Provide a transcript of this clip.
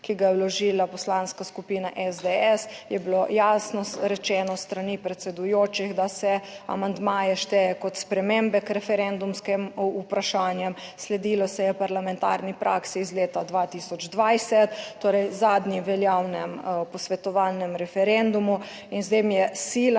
ki ga je vložila Poslanska skupina SDS, je bilo jasno rečeno s strani predsedujočih, da se amandmaje šteje kot spremembe k referendumskim vprašanjem. Sledilo se je parlamentarni praksi iz leta 2020, torej zadnji veljavnem posvetovalnem referendumu in zdaj mi je sila